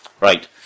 right